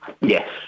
Yes